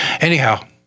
Anyhow